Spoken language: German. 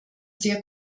sehr